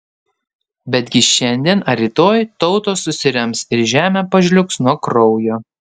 betgi šiandien ar rytoj tautos susirems ir žemė pažliugs nuo kraujo